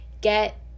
get